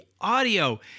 audio